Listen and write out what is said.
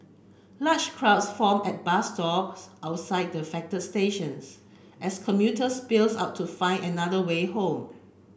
large crowds form at bus stops outside the affect stations as commuters spilled out to find another way home